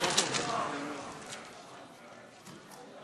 טוב, הנושא